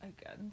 again